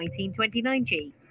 1929G